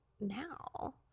now